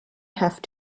have